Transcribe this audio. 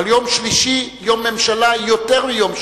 אבל יום שלישי הוא יום ממשלה יותר מיום שני,